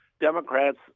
Democrats